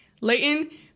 Leighton